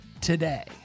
today